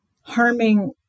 harming